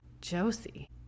Josie